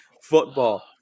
Football